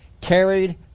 carried